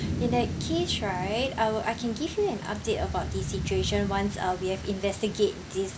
in that case right I will I can give you an update about the situation once uh we have investigate this